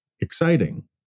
exciting